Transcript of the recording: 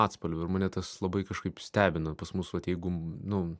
atspalviu mane tas labai kažkaip stebina pas mus vat jeigu nu